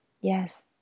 Yes